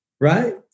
Right